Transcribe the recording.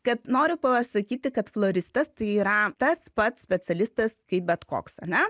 kad noriu pasakyti kad floristas tai yra tas pats specialistas kaip bet koks ane